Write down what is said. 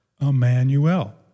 Emmanuel